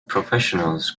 professionals